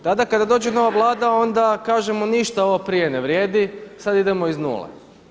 Tada kada dođe nova Vlada onda kažemo ništa ovo prije ne vrijedi, sada idemo iz nule.